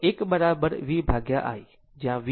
આ એક v ભાગ્યા I